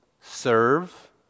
serve